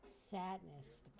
sadness